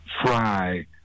fry